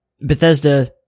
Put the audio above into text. bethesda